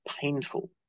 painful